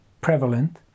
prevalent